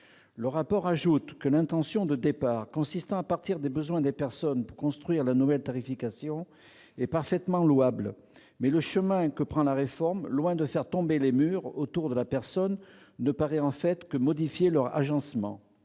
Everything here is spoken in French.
plus loin, que « l'intention de départ, consistant à partir des besoins des personnes pour construire la nouvelle tarification, est parfaitement louable, mais le chemin que prend la réforme, loin de faire " tomber les murs " autour de la personne, ne paraît en fait que modifier leur agencement.